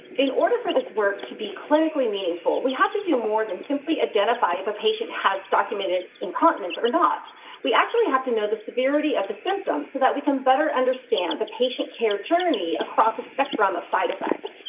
order for this work to be clinically meaningful, we have to do more than simply identify if a patient has documented incontinence or not we actually have to know the severity of the symptoms so that we can better understand the patient care journey across the spectrum of side effect,